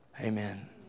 amen